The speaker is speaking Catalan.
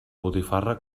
botifarra